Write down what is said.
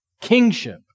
kingship